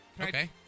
Okay